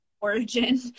Origin